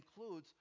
includes